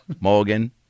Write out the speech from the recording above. Morgan